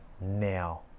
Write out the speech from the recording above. now